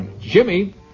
Jimmy